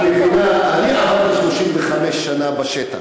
את מבינה, עבדתי 35 שנה בשטח,